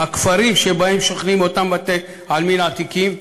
הכפרים שבהם שוכנים אותם בתי-עלמין עתיקים,